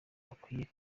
bakwiye